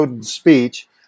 speech